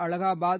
Allahabad